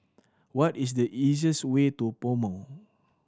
what is the easiest way to PoMo